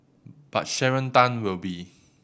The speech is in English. but Sharon Tan will be